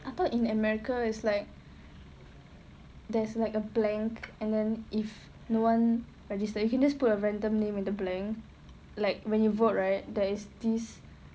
I thought in america is like there's like a blank and then if no one registered you can just put a random name at the blank like when you vote right there is this